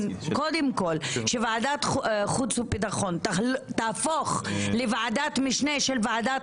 כך שוועדת חוץ וביטחון תהפוך לוועדת משנה של ועדת